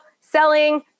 selling